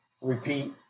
repeat